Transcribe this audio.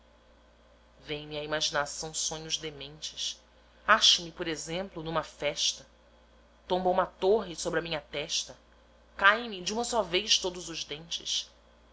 vêm me à imaginação sonhos dementes acho-me por exemplo numa festa tomba uma torre sobre a minha testa caem me de uma só vez todos os dentes